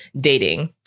dating